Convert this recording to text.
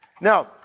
Now